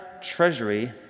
treasury